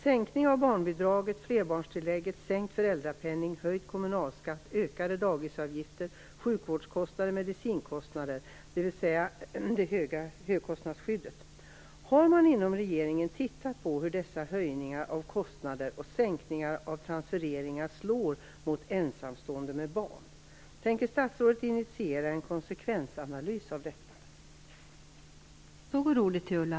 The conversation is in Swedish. Sänkningen av barnbidraget, borttagandet av flerbarnstillägget, sänkningen av föräldrapenningen, höjningen av kommunalskatten, höjningen av dagisavgifter och höjningen av sjukvårdskostnader och medicinkostnader genom förändringen av högkostnadsskyddet - har man inom regeringen tittat på hur dessa höjningar av kostnader och sänkningar av transfereringar slår mot ensamstående med barn? Tänker statsrådet initiera en konsekvensanalys av detta?